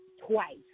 twice